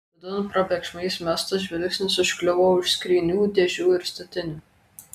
vidun probėgšmais mestas žvilgsnis užkliuvo už skrynių dėžių ir statinių